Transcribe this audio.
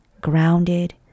grounded